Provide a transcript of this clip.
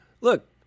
look